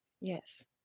Yes